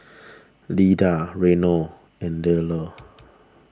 Lida Reno and Lelar